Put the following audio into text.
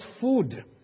food